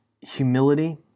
Humility